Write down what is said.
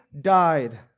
died